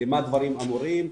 במה דברים אמורים,